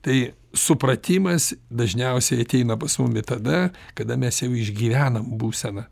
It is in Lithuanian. tai supratimas dažniausiai ateina pas mumi tada kada mes jau išgyvenam būseną